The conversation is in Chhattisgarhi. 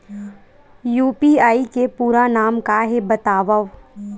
यू.पी.आई के पूरा नाम का हे बतावव?